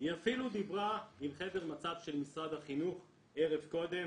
היא אפילו דברה עם חדר מצב של משרד החינוך ערב קודם